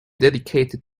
dedicated